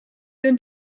than